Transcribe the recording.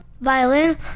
violin